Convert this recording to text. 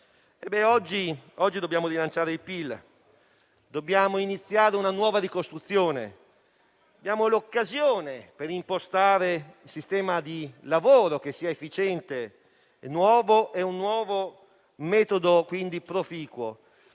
Oggi dobbiamo rilanciare il PIL, dobbiamo iniziare una nuova ricostruzione, abbiamo l'occasione per impostare un nuovo sistema di lavoro che sia efficiente e con un metodo proficuo.